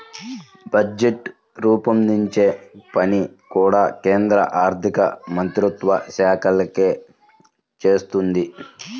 budget రూపొందించే పని కూడా కేంద్ర ఆర్ధికమంత్రిత్వ శాఖే చేస్తుంది